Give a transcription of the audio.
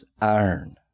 iron